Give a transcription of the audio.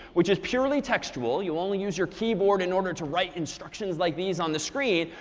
which is purely textual. you only use your keyboard in order to write instructions like these on the screen.